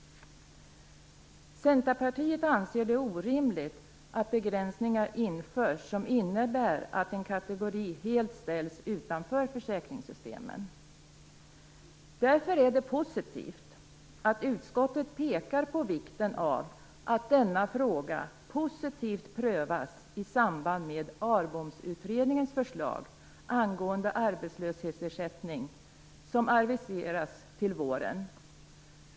Centerpartiet anser att det är orimligt att begränsningar införs som innebär att en kategori helt ställs utanför försäkringssystemen. Därför är det bra att utskottet pekar på vikten av att denna fråga positivt prövas i samband med Arbom-utredningens förslag angående arbetslöshetsersättning som aviseras till våren.